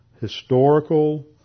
historical